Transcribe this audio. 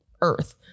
earth